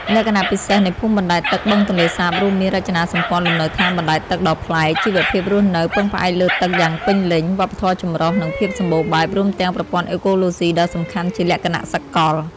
លក្ខណៈពិសេសនៃភូមិបណ្តែតទឹកបឹងទន្លេសាបរួមមាន រចនាសម្ព័ន្ធលំនៅឋានបណ្ដែតទឹកដ៏ប្លែក ជីវភាពរស់នៅពឹងផ្អែកលើទឹកយ៉ាងពេញលេញ វប្បធម៌ចម្រុះ និងភាពសម្បូរបែប រួមទាំងប្រព័ន្ធអេកូឡូស៊ីដ៏សំខាន់ជាលក្ខណៈសកល។